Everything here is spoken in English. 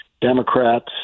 Democrats